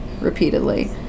repeatedly